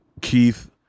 Keith